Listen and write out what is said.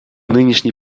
нынешний